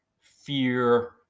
fear